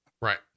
right